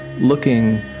looking